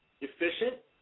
efficient